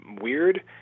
weird